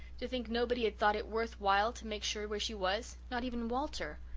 to think nobody had thought it worth while to make sure where she was not even walter.